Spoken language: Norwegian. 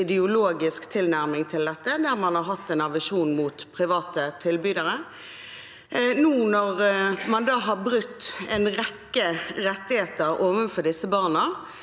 ideologisk tilnærming til dette, der man har hatt en aversjon mot private tilbydere. Når man nå har brutt en rekke rettigheter overfor disse barna,